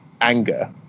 anger